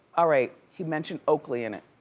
all right, he mentioned oakley in it.